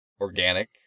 organic